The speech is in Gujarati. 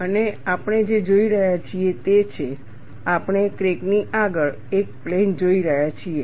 અને આપણે જે જોઈ રહ્યા છીએ તે છે આપણે ક્રેક ની આગળ એક પ્લેન જોઈ રહ્યા છીએ